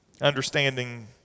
Understanding